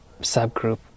subgroup